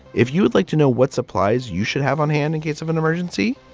if you would like to know what supplies you should have on hand in case of an emergency,